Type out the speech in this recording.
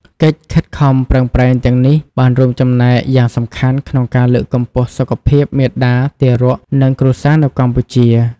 កិច្ចខិតខំប្រឹងប្រែងទាំងនេះបានរួមចំណែកយ៉ាងសំខាន់ក្នុងការលើកកម្ពស់សុខភាពមាតា ទារក និងគ្រួសារនៅកម្ពុជា ។